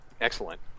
Excellent